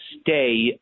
stay